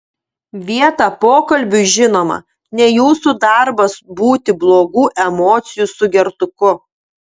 vietą pokalbiui žinoma ne jūsų darbas būti blogų emocijų sugertuku